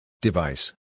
Device